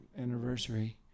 anniversary